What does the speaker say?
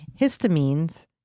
histamines